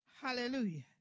Hallelujah